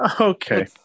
okay